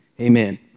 Amen